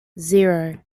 zero